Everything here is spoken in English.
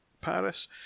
Paris